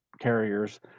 carriers